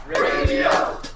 Radio